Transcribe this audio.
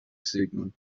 signal